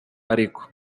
ariko